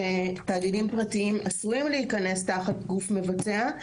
שתאגידים פרטיים עשויים להיכנס תחת גוף מבצע.